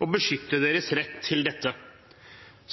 beskytte deres rett til dette.